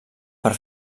per